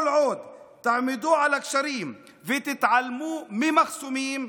כל עוד תעמדו על הגשרים ותתעלמו ממחסומים,